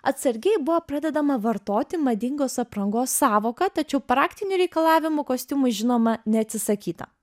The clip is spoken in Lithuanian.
atsargiai buvo pradedama vartoti madingos aprangos sąvoka tačiau praktinių reikalavimų kostiumui žinoma neatsisakyta